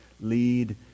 lead